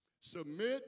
Submit